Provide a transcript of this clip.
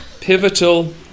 pivotal